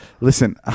Listen